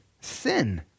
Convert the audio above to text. sin